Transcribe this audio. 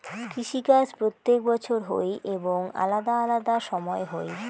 কৃষি কাজ প্রত্যেক বছর হই এবং আলাদা আলাদা সময় হই